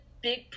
big